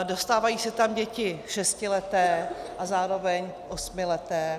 Dostávají se tam děti šestileté a zároveň osmileté.